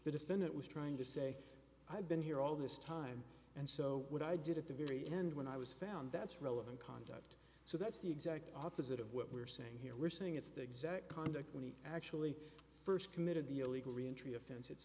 defendant was trying to say i've been here all this time and so what i did at the very end when i was found that's relevant conduct so that's the exact opposite of what we're saying here we're saying it's the exact conduct when he actually first committed the illegal reentry offense